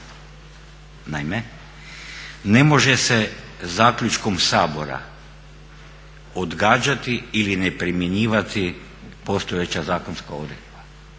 Naime, ne može se zaključkom Sabora odgađati ili ne primjenjivati postojeća zakonska odredba